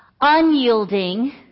unyielding